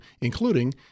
including